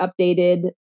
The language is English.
updated